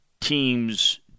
teams